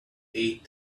eight